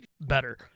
better